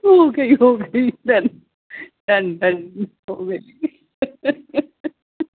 ہو گئی ہو گئی ڈن ڈن ہو گئی